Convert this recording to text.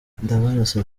ndabarasa